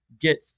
get